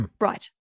right